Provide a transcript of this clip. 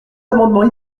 amendements